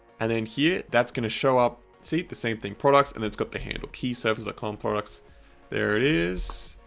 and then here, that's going to show up, see it the same thing products and it's got the handle key-surfers com products there it is.